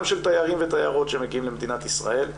של תיירים ותיירות שמגיעים למדינת ישראל,